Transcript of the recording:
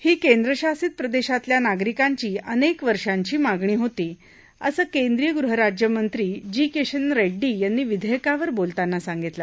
ही केंद्रशासित प्रदश्वतल्या नागरिकांची अनक्त वर्षांची मागणी होती असं केंद्रीय गृहराज्यमंत्री जी किशन रड्ड्डी यांनी विधयक्रावर बोलताना सांगितलं